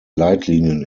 leitlinien